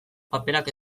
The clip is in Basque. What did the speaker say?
paperak